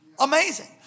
Amazing